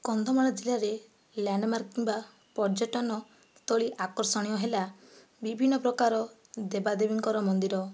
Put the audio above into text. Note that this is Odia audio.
କନ୍ଧମାଳ ଜିଲ୍ଲାରେ ଲ୍ୟାଣ୍ଡମାର୍କ କିମ୍ବା ପର୍ଯ୍ୟଟନସ୍ଥଳୀ ଆକର୍ଷଣୀୟ ହେଲା ବିଭିନ୍ନ ପ୍ରକାର ଦେବଦେବୀଙ୍କର ମନ୍ଦିର